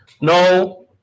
no